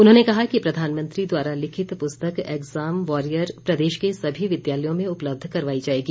उन्होंने कहा कि प्रधानमंत्री द्वारा लिखित पुस्तक एग्जाम वॉरियर प्रदेश के सभी विद्यालयों में उपलब्ध करवाई जाएगी